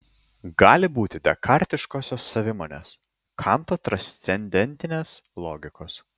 gali būti dekartiškosios savimonės kanto transcendentinės logikos